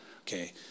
okay